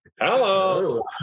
hello